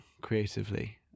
creatively